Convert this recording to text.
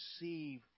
receive